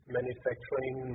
manufacturing